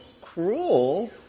cruel